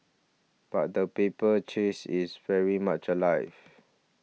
but the paper chase is very much alive